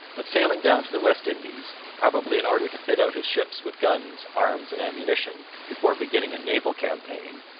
but sailing down to the west indies, probably in order to fit out his ships with guns, arms, and ammunition before beginning a naval campaign,